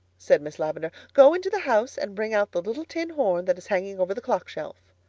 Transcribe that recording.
said miss lavendar, go into the house and bring out the little tin horn that is hanging over the clock shelf.